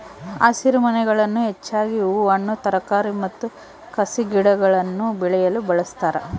ಹಸಿರುಮನೆಗಳನ್ನು ಹೆಚ್ಚಾಗಿ ಹೂ ಹಣ್ಣು ತರಕಾರಿ ಮತ್ತು ಕಸಿಗಿಡಗುಳ್ನ ಬೆಳೆಯಲು ಬಳಸ್ತಾರ